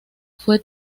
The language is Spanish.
fue